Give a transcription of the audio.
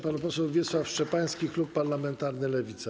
Pan poseł Wiesław Szczepański, klub parlamentarny Lewica.